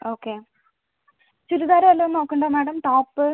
okay churidar വല്ലതും നോക്കുന്നുണ്ടോ madam top